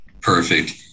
Perfect